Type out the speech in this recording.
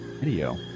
video